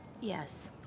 Yes